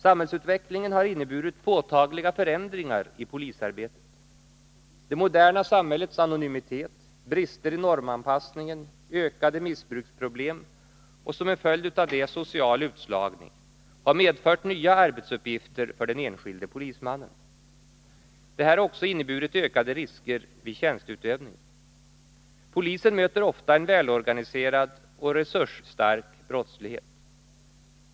Samhällsutvecklingen har inneburit påtagliga förändringar i polisarbetet. Det moderna samhällets anonymitet, brister i normanpassningen, ökade missbruksproblem och som en följd därav social utslagning, har medfört nya arbetsuppgifter för den enskilde polismannen. Detta har också inneburit ökade risker vid tjänsteutövningen. Polisen möter ofta en välorganiserad och resursstark brottslighet.